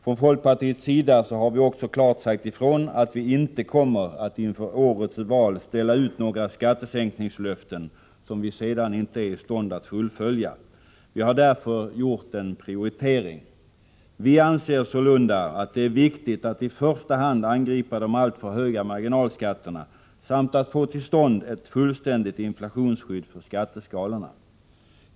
Från folkpartiets sida har vi också klart sagt ifrån att vi inte kommer att inför årets val ställa ut några skattesänkningslöften som vi sedan inte är i stånd att hålla. Vi har därför gjort en prioritering. Vi anser sålunda att det är viktigt att i första hand angripa de alltför höga marginalskatterna samt att få till stånd ett fullständigt inflationsskydd för skatteskalorna.